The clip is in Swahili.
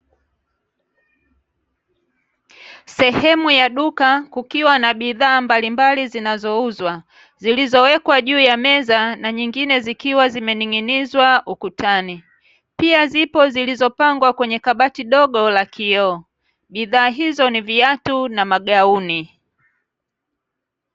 Sehemu ya duka kukiwa na bidhaa mbalimbali zinazouzwa zilizowekwa juu ya meza na nyingine zikiwa zimening'inizwa ukutani, pia zipo zilizopangwa kwenye kabati dogo la kioo bidhaa hizo ni viatu na magauni.